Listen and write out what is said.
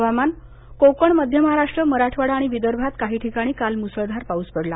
हवामानः कोकण मध्य महाराष्ट्र मराठवाडा आणि विदर्भात काही ठिकाणी काल मुसळधार पाऊस पडला